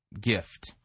gift